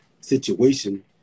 situation